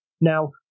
Now